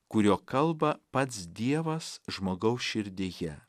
kuriuo kalba pats dievas žmogaus širdyje